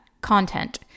Content